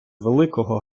великого